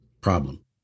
problem